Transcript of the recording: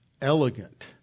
elegant